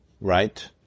right